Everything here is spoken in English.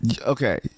Okay